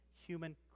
human